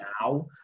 now